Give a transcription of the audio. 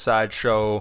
Sideshow